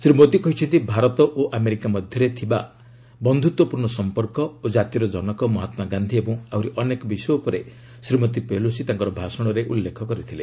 ଶ୍ରୀ ମୋଦି କହିଛନ୍ତି ଭାରତ ଓ ଆମେରିକା ମଧ୍ୟରେ ଥିବା ବନ୍ଧୁତ୍ୱପୂର୍ଣ୍ଣ ସଂପର୍କ ଓ ଜାତିର ଜନକ ମହାତ୍ମା ଗାନ୍ଧୀ ଏବଂ ଆହୁରି ଅନେକ ବିଷୟ ଉପରେ ଶ୍ରୀମତୀ ପେଲୋସି ତାଙ୍କର ଭାଷଣରେ ଉଲ୍ଲେଖ କରିଥିଲେ